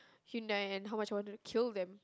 Hyundai and how much I want to kill them